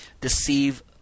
deceive